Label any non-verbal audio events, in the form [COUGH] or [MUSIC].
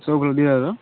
ସବୁ ଫୁଲ ଦିଆ [UNINTELLIGIBLE]